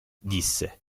disse